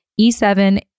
E7